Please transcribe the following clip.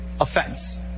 offense